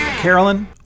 Carolyn